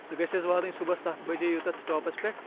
سُہ گژھِ حظ واتٕنۍ صُبحس سَتھ بَجے یوٗتاہ سٹاپَس پؠٹھ